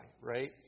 right